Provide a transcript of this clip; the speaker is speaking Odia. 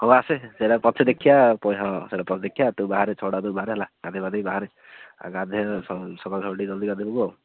ହଉ ଆସେ ସେଟା ପଛେ ଦେଖିବା ହଁ ସେଇଟା ପରେ ଦେଖିବା ତୁ ବାହାରେ ଛଅଟା ଅଧେକୁ ବାହାରେ ହେଲା ଗାଧେଇ ପାଧେଇ ବାହାରେ ଆଉ ଗାଧେଇ ସକାଳୁ ସକାଳୁ ଟିକେ ଜଲ୍ଦି ଗାଧେଇ ଦେବୁ ଆଉ